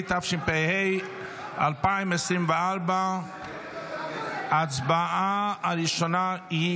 התשפ"ה 2024. ההצבעה הראשונה היא